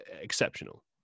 exceptional